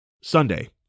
Sunday